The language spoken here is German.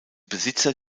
besitzer